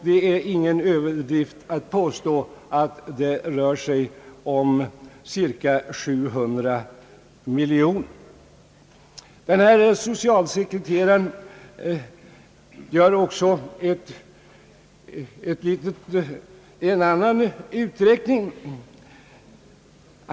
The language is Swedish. Det är alltså ingen överdrift att påstå att det rör sig om cirka 700 miljoner kronor. Denne socialsekreterare gör också en annan uträkning.